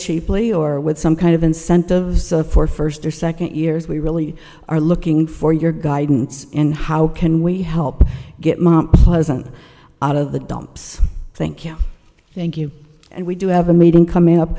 cheaply or with some kind of incentives for first or second years we really are looking for your guidance and how can we help get out of the dumps thank you thank you and we do have a meeting coming up